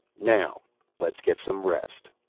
now let's get some rest.